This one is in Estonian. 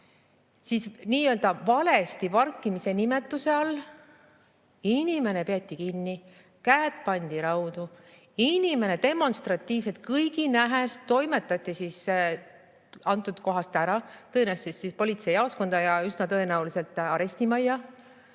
aga nii-öelda valesti parkimise nimetuse all inimene peeti kinni, käed pandi raudu, inimene demonstratiivselt kõigi nähes toimetati antud kohast ära tõenäoliselt politseijaoskonda ja üsna tõenäoliselt arestimajja.